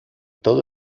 todo